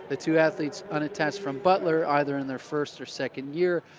the two athletes unattached from butler, either in their first or second year,